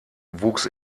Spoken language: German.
wuchs